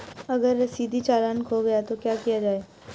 अगर रसीदी चालान खो गया तो क्या किया जाए?